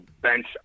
bench